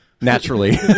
Naturally